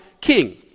king